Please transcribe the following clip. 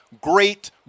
Great